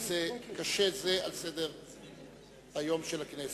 נושא קשה זה על סדר-היום של הכנסת.